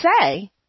say